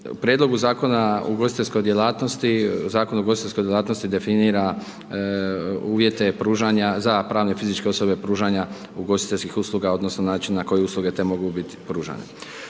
U prijedlogu Zakona o ugostiteljskoj djelatnosti, Zakon o ugostiteljskoj djelatnosti definira uvjete pružanja za pravne i fizičke osobe pružanja ugostiteljskih usluga odnosno način na koji usluge te mogu bit pružane.